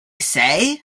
say